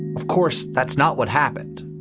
of course, that's not what happened.